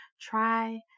Try